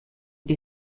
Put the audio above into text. die